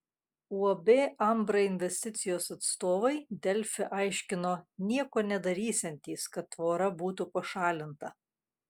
uab ambra investicijos atstovai delfi aiškino nieko nedarysiantys kad tvora būtų pašalinta